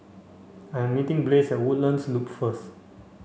I am meeting Blaze at Woodlands Loop first